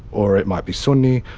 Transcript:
or it might be sunni,